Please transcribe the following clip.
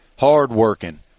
hard-working